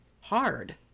hard